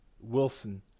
Wilson